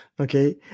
okay